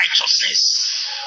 righteousness